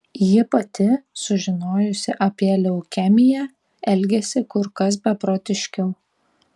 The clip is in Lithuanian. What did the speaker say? ji pati sužinojusi apie leukemiją elgėsi kur kas beprotiškiau